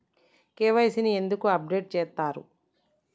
KYC ని ఎందుకు update చేత్తరు?